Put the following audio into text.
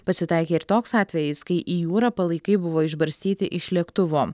pasitaikė ir toks atvejis kai į jūrą palaikai buvo išbarstyti iš lėktuvo